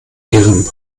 ihrem